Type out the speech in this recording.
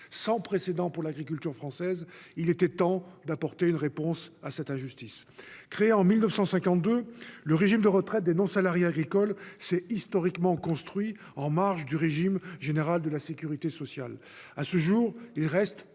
sans précédent pour l'agriculture française, il était temps d'apporter une réponse à cette injustice. Créé en 1952, le régime de retraite des non-salariés agricoles s'est historiquement construit en marge du régime général de la sécurité sociale.